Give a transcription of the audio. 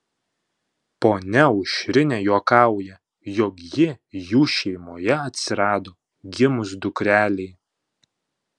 ponia aušrinė juokauja jog ji jų šeimoje atsirado gimus dukrelei